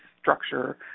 structure